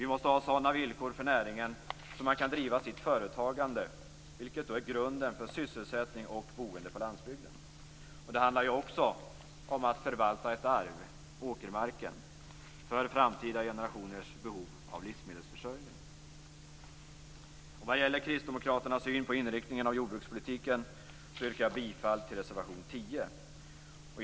Vi måste ha sådana villkor för näringen att man kan driva sitt företagande, vilket är grunden för sysselsättning och boende på landsbygden. Det handlar också om att förvalta ett arv, åkermarken, för framtida generationers behov av livsmedelsförsörjning. Vad gäller kristdemokraternas syn på inriktningen av jordbrukspolitiken yrkar jag bifall till reservation 10.